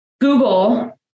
Google